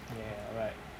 ya right